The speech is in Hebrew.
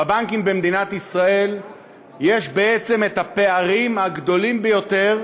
שבבנקים במדינת ישראל יש בעצם הפערים הגדולים ביותר,